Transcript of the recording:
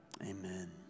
Amen